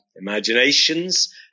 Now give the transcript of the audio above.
imaginations